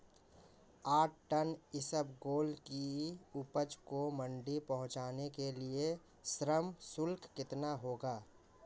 आठ टन इसबगोल की उपज को मंडी पहुंचाने के लिए श्रम शुल्क कितना होगा?